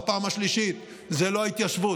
בפעם השלישית: זה לא ההתיישבות.